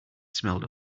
smelled